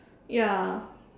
ya